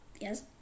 Yes